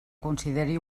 consideri